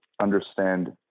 understand